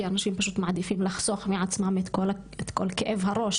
כי אנשים פשוט מעדיפים לחסוך מעצמם את כל כאב הראש